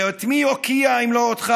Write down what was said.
ואת מי אוקיע אם לא אותך,